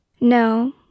No